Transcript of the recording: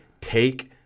take